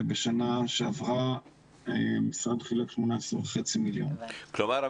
בשנה שעברה המשרד חילק 18,500,000. כלומר,